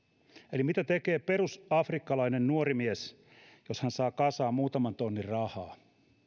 eli mitä tekee perusafrikkalainen nuori mies jos hän saa kasaan muutaman tonnin rahaa